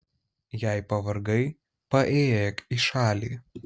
jei pavargai paėjėk į šalį